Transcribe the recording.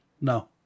No